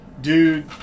dude